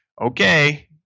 Okay